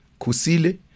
Kusile